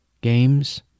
games